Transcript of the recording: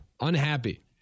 unhappy